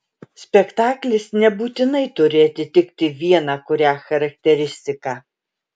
spektaklis nebūtinai turi atitikti vieną kurią charakteristiką